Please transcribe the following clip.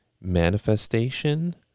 manifestation